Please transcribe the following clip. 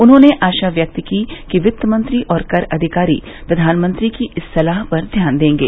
उन्होंने आशा व्यक्त की कि वित्तमंत्री और कर अधिकारी प्रधानमंत्री की इस सलाह पर ध्यान देंगे